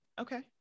okay